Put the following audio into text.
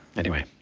anyway.